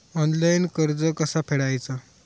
Online कर्ज कसा फेडायचा?